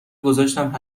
گذاشتم